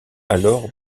alors